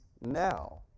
now